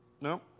no